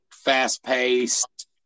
Fast-paced